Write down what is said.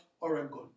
Oregon